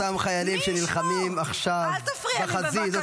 זה אותם חיילים שנלחמים עכשיו בחזית.